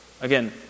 Again